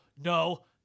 no